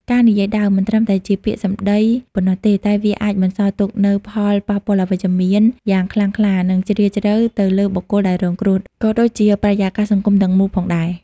ការនិយាយដើមមិនត្រឹមតែជាពាក្យសម្ដីប៉ុណ្ណោះទេ តែវាអាចបន្សល់ទុកនូវផលប៉ះពាល់អវិជ្ជមានយ៉ាងខ្លាំងខ្លា និងជ្រាលជ្រៅទៅលើបុគ្គលដែលរងគ្រោះ ក៏ដូចជាបរិយាកាសសង្គមទាំងមូលផងដែរ។